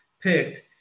picked